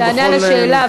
תענה על השאלה,